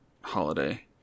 holiday